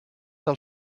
del